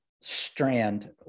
strand